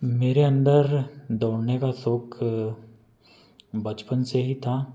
मेरे अंदर दौड़ने का शौक बचपन से ही था